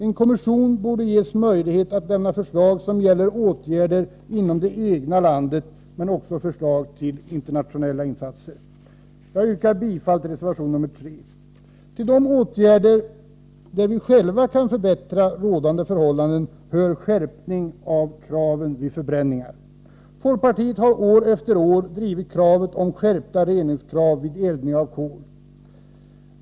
En kommission borde ges möjlighet att lämna förslag som gäller åtgärder inom det egna landet, men också förslag till internationella insatser. Jag yrkar bifall till reservation nr 3. Till de åtgärder som innebär att vi själva kan förbättra rådande förhållanden hör skärpning av kraven vid förbränningar. Folkpartiet har år efter år drivit kravet på skärpta reningskrav vid eldning med kol.